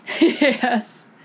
Yes